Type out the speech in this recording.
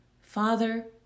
Father